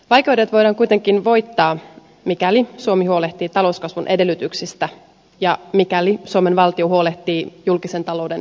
vaikeudet voidaan kuitenkin voittaa mikäli suomi huolehtii talouskasvun edellytyksistä ja mikäli suomen valtio huolehtii julkisen talouden tasapainosta